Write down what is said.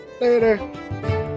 later